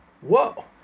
whoa